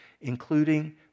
including